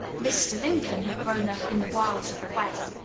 mr. lincoln had grown up in the wilds of the west,